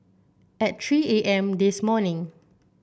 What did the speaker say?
at three A M this morning